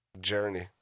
Journey